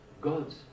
God's